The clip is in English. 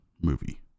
movie